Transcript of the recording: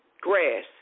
grass